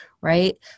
Right